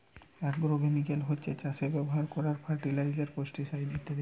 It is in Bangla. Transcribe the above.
আগ্রোকেমিকাল হচ্ছে চাষে ব্যাভার কোরার ফার্টিলাইজার, পেস্টিসাইড ইত্যাদি